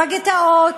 בגטאות,